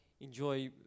enjoy